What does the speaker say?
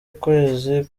ukwezi